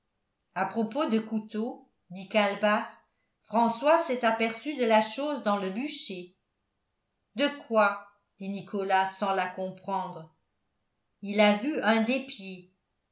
à propos de couteau dit calebasse françois s'est aperçu de la chose dans le bûcher de quoi dit nicolas sans la comprendre il a vu un